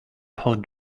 hot